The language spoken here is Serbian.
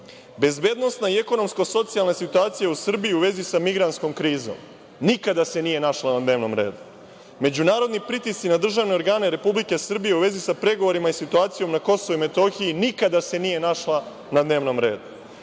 bezbednosna i ekonomsko-socijalna situacija u Srbiji u vezi sa migrantskom krizom – nikada se nije našla na dnevnom redu; međunarodni pritisci na državne organe Republike Srbije u vezi sa pregovorima i situacijom na Kosovu i Metohiji – nikada se nije našla na dnevnom redu;